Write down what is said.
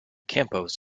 campos